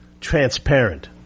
transparent